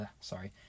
Sorry